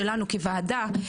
שלנו כוועדה,